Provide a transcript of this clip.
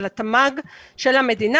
התמ"ג של המדינה,